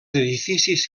edificis